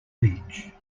beach